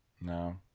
no